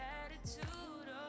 attitude